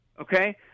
okay